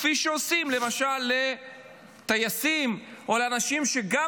כפי שעושים למשל לטייסים או לאנשים שגם